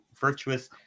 virtuous